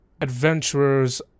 Adventurers